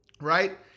right